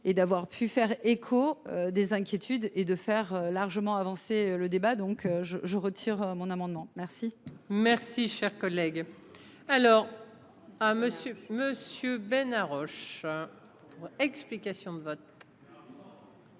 et d'avoir pu faire écho des inquiétudes et de faire largement avancer le débat, donc je je retire mon amendement merci. Merci, cher collègue alors ah Monsieur Monsieur Roche, explications de vote.